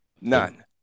None